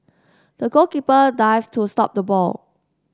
the goalkeeper dived to stop the ball